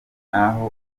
naho